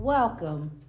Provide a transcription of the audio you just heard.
Welcome